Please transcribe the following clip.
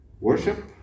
worship